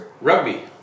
Rugby